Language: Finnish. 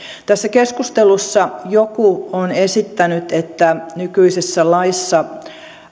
tässä keskustelussa joku on esittänyt että nykyisessä laissa